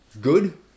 good